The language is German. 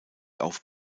auf